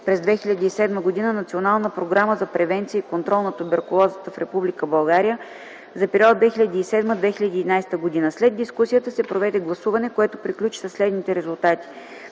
през 2007 г. Национална програма за превенции и контрол на туберкулозата в Република България за периода 2007-2011 г. След дискусията се проведе гласуване, което приключи със следните резултати: